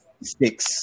six